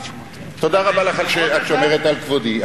תודה רבה לך על שאת שומרת על כבודי.